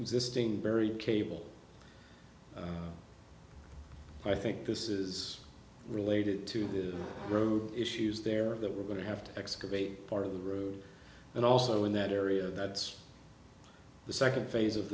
existing very cable i think this is related to the road issues there that we're going to have to excavate part of the route and also in that area that's the second phase of